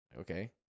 Okay